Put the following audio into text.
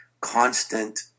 constant